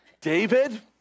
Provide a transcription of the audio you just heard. David